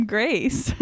Grace